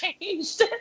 changed